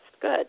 good